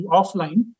offline